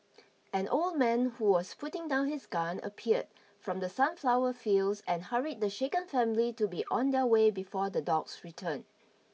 an old man who was putting down his gun appeared from the sunflower fields and hurried the shaken family to be on their way before the dogs return